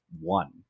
one